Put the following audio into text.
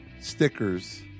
stickers